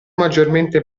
maggiormente